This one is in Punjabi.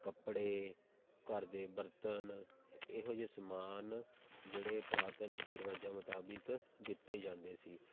ਕੱਪੜੇ ਘਰ ਦੇ ਬਰਤਨ ਇਹੋ ਜਿਹੇ ਸਮਾਨ ਜਿਹੜੇ ਪੁਰਾਤਨ ਰੀਤੀ ਰਿਵਾਜ਼ਾਂ ਮੁਤਾਬਿਕ ਦਿੱਤੇ ਜਾਂਦੇ ਸੀ